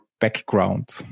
background